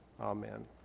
amen